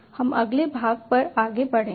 हम अगले भाग पर आगे बढ़ेंगे